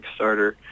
Kickstarter